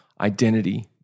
identity